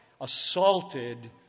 assaulted